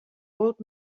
old